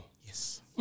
Yes